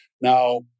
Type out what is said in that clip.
Now